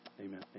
amen